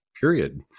period